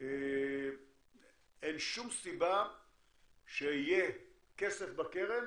אין שום סיבה שיהיה כסף בקרן